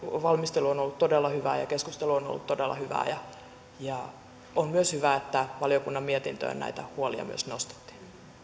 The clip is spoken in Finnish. valmistelu on ollut todella hyvää ja keskustelu on ollut todella hyvää ja on myös hyvä että valiokunnan mietintöön näitä huolia myös nostettiin